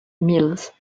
mills